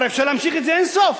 הרי אפשר להמשיך את זה אין סוף,